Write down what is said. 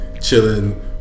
chilling